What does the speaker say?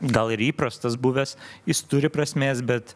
gal ir įprastas buvęs jis turi prasmės bet